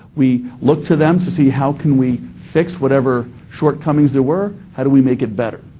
we look to them to see how can we fix whatever shortcomings there were. how do we make it better?